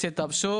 הבריאות.